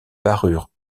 parurent